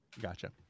Gotcha